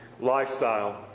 lifestyle